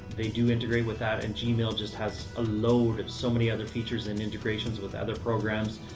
they do integrate with that and gmail just has a load of so many other features and integrations with other programs.